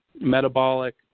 Metabolic